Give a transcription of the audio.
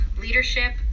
Leadership